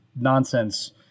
Nonsense